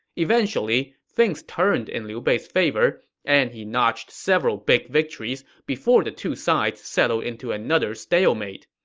eventually, things turned in liu bei's favor and he notched several big victories before the two sides settled into another stalemate.